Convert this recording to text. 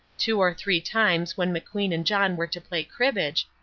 two or three times when mcqueen and john were to play cribbage,